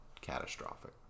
catastrophic